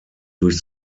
durch